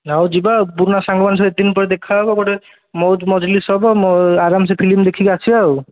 ହଉ ଯିବା ଆଉ ପୁରୁଣା ସାଙ୍ଗମାନଙ୍କ ସହିତ ଏତେଦିନ ପରେ ଦେଖାହେବ ଗୋଟେ ମଉଜ ମଜଲିସ୍ ହେବ ଅରାମ୍ସେ ଫିଲ୍ମ ଦେଖିକି ଆସିବା ଆଉ